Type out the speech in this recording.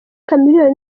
chameleone